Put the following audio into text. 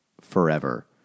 forever